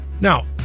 Now